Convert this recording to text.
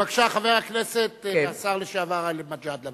בבקשה, חבר הכנסת והשר לשעבר גאלב מג'אדלה.